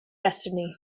destiny